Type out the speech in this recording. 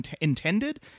intended